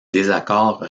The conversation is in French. désaccords